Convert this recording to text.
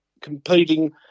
competing